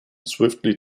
swiftly